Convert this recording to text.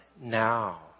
now